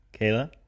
Kayla